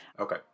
Okay